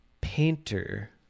painter